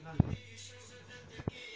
सबहारो चल निधि आब ख़तम होने बला छोक